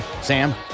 Sam